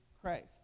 Christ